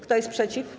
Kto jest przeciw?